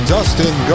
Dustin